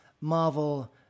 Marvel